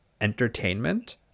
entertainment